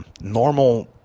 Normal